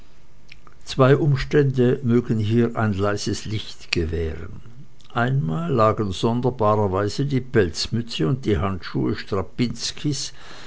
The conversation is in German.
zwei umstände mögen hier ein leises licht gewähren einmal lagen sonderbarerweise die pelzmütze und die handschuhe